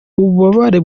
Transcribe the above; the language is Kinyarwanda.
ububabare